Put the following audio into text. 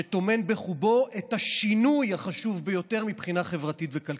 שטומן בחובו את השינוי החשוב ביותר מבחינה חברתית וכלכלית: